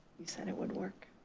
you said it would work.